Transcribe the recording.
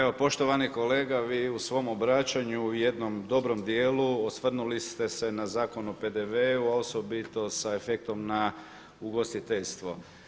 Evo poštovani kolega vi u svom obraćanju u jednom dobrom djelu osvrnuli ste se na Zakon o PDV-u a osobito sa efektom na ugostiteljstvo.